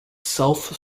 self